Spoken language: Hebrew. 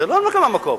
זו לא הנמקה מהמקום.